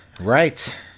Right